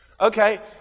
Okay